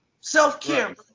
self-care